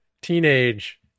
teenage